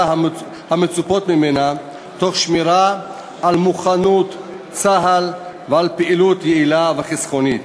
המצופות ממנה תוך שמירה על מוכנות צה"ל ועל פעילות יעילה וחסכונית.